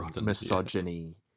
misogyny